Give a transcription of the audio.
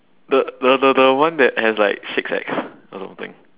the the the one that has like six ex or something